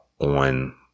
On